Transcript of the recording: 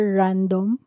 random